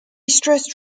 stressed